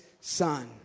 son